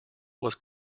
was